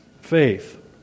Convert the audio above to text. faith